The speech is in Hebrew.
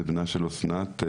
בנה של אסנת,